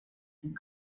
and